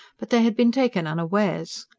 but they had been taken unawares.